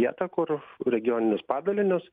vietą kur regioninius padalinius